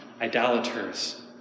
idolaters